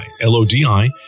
L-O-D-I